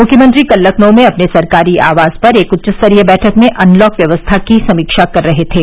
मुख्यमंत्री कल लखनऊ में अपने सरकारी आवास पर एक उच्च स्तरीय बैठक में अनलॉक व्यवस्था की समीक्षा कर रहे थे